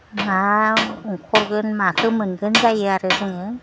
मा अंखरगोन माखौ मोनगोन जायो आरो जोङो